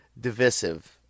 divisive